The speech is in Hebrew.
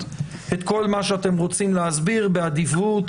את כל מה שאתם רוצים להסביר באדיבות,